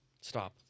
stop